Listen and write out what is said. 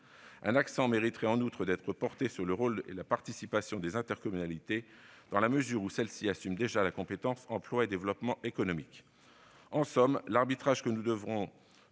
L'accent mériterait en outre d'être mis sur le rôle et la participation des intercommunalités, dans la mesure où celles-ci assument déjà la compétence emploi et développement économique. En somme, l'arbitrage que nous devrons